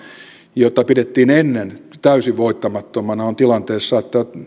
jota pidettiin ennen täysin voittamattomana on tilanteessa että on